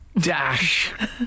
dash